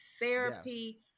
Therapy